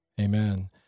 Amen